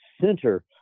center